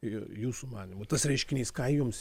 ir jūsų manymu tas reiškinys ką jums